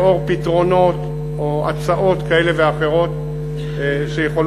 לאור פתרונות או הצעות כאלה ואחרות שיכול